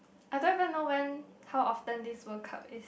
I don't even know when how often this World Cup is